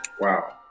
Wow